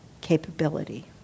capability